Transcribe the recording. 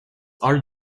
are